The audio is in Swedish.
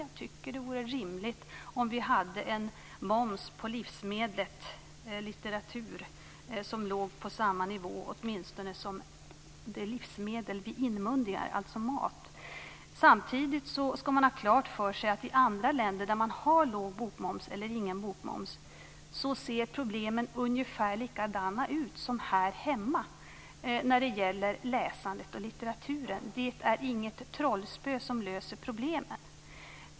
Jag tycker att det vore rimligt om vi hade en moms på livsmedlet litteratur som åtminstone låg på samma nivå som momsen på det livsmedel som vi inmundigar, mat. Samtidigt skall man ha klart för sig att problemen i länder som har låg eller ingen bokmoms ser likadana ut som här hemma när det gäller läsandet och litteratur. Det är inget trollspö som löser problemen.